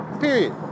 period